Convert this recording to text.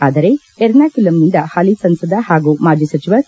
ಆದರೆ ಯರ್ನಾಕುಲಂನಿಂದ ಹಾಲಿ ಸಂಸದ ಹಾಗೂ ಮಾಜಿ ಸಚವ ಕೆ